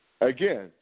again